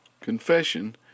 Confession